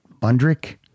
Bundrick